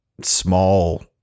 small